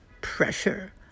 pressure